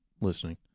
listening